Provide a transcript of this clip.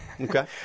Okay